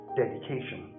dedication